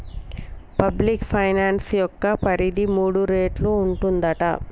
public finance యొక్క పరిధి మూడు రేట్లు ఉంటదట